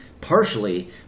partially